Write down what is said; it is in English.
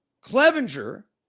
Clevenger